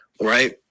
right